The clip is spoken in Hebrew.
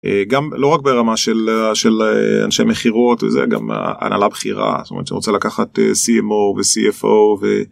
גם לא רק ברמה של ה של אנשים מכירות וזה גם הנהלה בכירה שרוצה לקחת cmo וcfo.